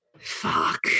Fuck